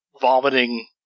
vomiting